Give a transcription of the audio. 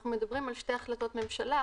אנחנו מדברים על שתי החלטות ממשלה,